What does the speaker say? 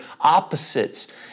opposites